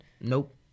Nope